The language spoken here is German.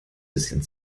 bisschen